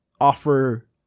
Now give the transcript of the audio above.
offer